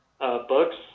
Books